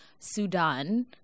Sudan